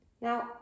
now